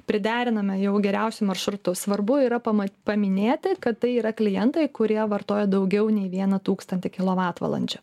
prideriname jau geriausiu maršrutu svarbu yra pama paminėti kad tai yra klientai kurie vartoja daugiau nei vieną tūkstantį kilovatvalandžių